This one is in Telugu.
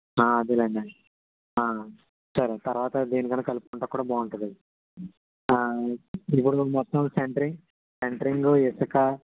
అదేలేండి సరే తర్వాత దేనికన్నా కలుపుకుంటానికి కూడా బావుంటుంది అది ఇప్పుడు మొత్తం సెంటరింగ్ సెంటరింగు ఇసుక